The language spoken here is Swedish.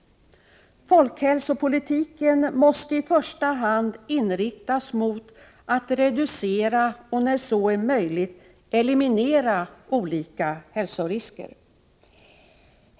Folkhälsopolitiken måste i första hand inriktas mot att reducera och när så är möjligt eliminera olika hälsorisker.